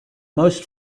most